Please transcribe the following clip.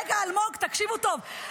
רגע, אלמוג, תקשיבו טוב.